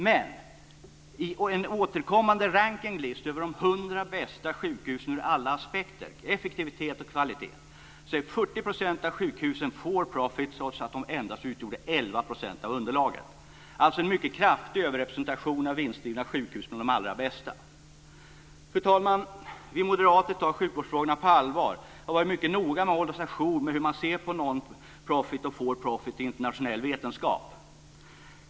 I en återkommande rankinglista över de 100 bästa sjukhusen ur alla aspekter, effektivitet och kvalitet, drivs 40 % av sjukhusen for-profit trots att de endast utgjorde 11 % av underlaget. Det är alltså en mycket kraftig överrepresentation av vinstdrivande sjukhus bland de allra bästa. Fru talman! Vi moderater tar sjukvårdsfrågorna på allvar. Vi har varit mycket noga med att hålla oss ajour med hur man ser på non-profit och for-profit i internationell vetenskap.